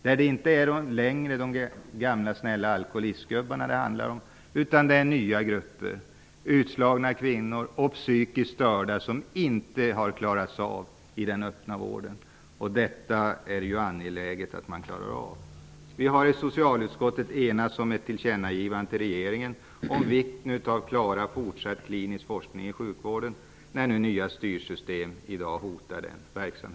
Det handlar inte längre om de gamla snälla alkoholisterna utan om nya grupper: utslagna kvinnor och psykiskt störda som inte har klarats i den öppna vården. Det är angeläget att man klarar problemen i dessa sammanhang. Vi har i socialutskottet enats om ett tillkännagivande till regeringen om vikten av att klara en fortsatt klinisk forskning inom vården, när den verksamheten i dag hotas av nya styrsystem.